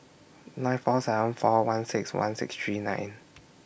nine four seven four one six one six three nine